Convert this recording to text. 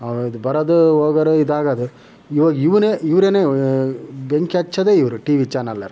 ಅವ್ರದು ಬರೋದು ಹೋಗೋರು ಇದಾಗೋದು ಇವಾಗ ಇವ್ನೇ ಇವ್ರೆನೆ ಬೆಂಕಿ ಹಚ್ಚೋದೇ ಇವ್ರು ಟಿವಿ ಚಾನೆಲರು